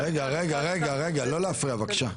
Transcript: רגע, לא להפריע, בבקשה.